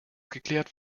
geklärt